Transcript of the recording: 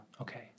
Okay